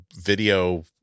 video